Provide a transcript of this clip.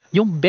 Yung